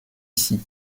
ici